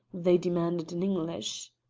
they demanded in english.